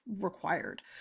required